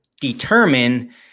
determine